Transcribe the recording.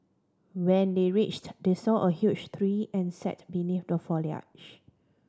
when they reached they saw a huge tree and sat beneath the foliage